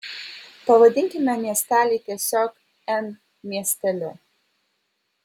pavadinkime miestelį tiesiog n miesteliu